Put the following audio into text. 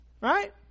Right